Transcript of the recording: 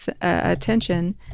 attention